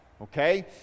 Okay